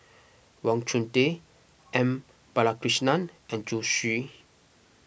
Wang Chunde M Balakrishnan and Zhu Xu